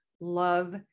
love